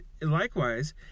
likewise